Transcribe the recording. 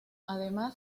además